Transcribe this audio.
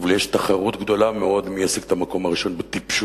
אבל יש תחרות גדולה מאוד מי ישיג את המקום הראשון בטיפשות,